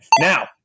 Now